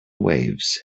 waves